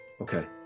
okay